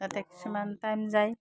তাতে কিছুমান টাইম যায়